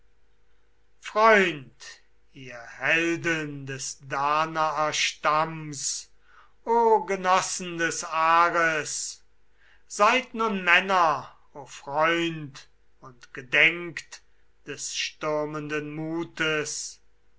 freund ihr helden des danaerstamms o genossen des ares seid nun männer o freund und gedenkt des stürmenden mutes